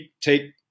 take